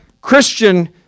Christian